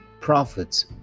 prophets